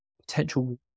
potential